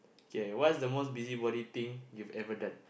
okay what's the most busy body thing you've ever done